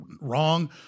wrong